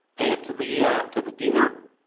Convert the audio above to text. pay it to the ah to the dealer,